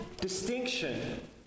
distinction